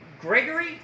Gregory